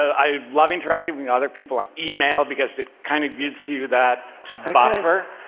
i love interacting with other people on email, because it kind of gives you that buffer.